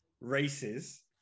races